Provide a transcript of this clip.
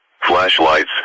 flashlights